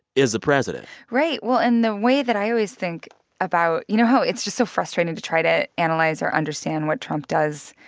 is the president right. well, and the way that i always think about you know how it's just so frustrating to try to analyze or understand what trump does?